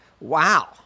wow